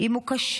אם הוא כשיר,